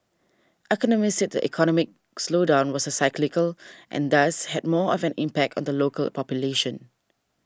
economists said the economic slowdown was cyclical and thus had more of an impact on the local population